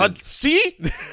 see